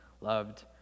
loved